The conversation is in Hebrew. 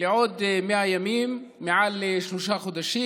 לעוד 100 ימים, מעל שלושה חודשים,